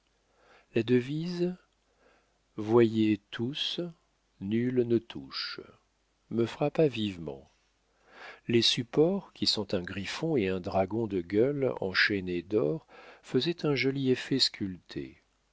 la devise voyez tous nul ne touche me frappa vivement les supports qui sont un griffon et un dragon de gueules enchaînés d'or faisaient un joli effet sculptés